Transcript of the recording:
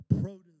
produce